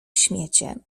śmiecie